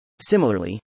Similarly